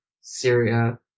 Syria